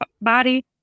body